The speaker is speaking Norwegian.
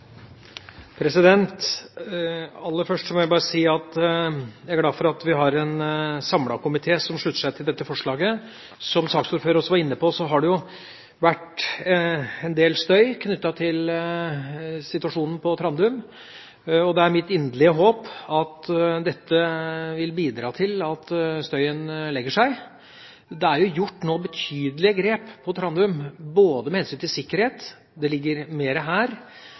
glad for at det er en samlet komité som slutter seg til dette forslaget. Som saksordføreren også var inne på, har det vært en del støy knyttet til situasjonen på Trandum. Det er mitt inderlige håp at dette vil bidra til at støyen legger seg. Det er nå gjort betydelige grep på Trandum, både med hensyn til sikkerhet og kapasitet – og det ligger mer her